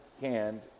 hand